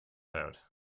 out